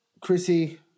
Chrissy